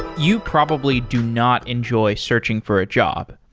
you probably do not enjoy searching for a job.